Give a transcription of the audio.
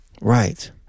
right